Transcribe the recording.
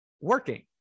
working